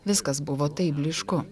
viskas buvo taip blyšku